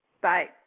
Bye